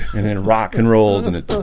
and then rock and roll's and it